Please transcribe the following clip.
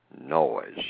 noise